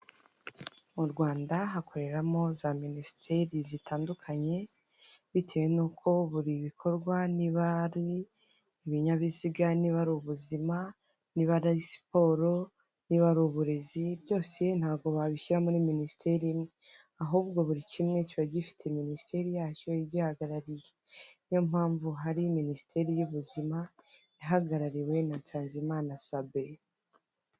Mu Rwanda hakoreramo za minisiteri zitandukanye bitewe n'uko buri bikorwa niba ari ibinyabiziga, niba ari ubuzima, niba ari siporo, niba ari uburezi byose ntabwo babishyira muri minisiteri imwe, ahubwo buri kimwe kiba gifite minisiteri yacyo igihagarariye, niyo mpamvu hari minisiteri y'ubuzima ihagarariwe na Nsanzimana Sabin.